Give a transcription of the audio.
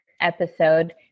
episode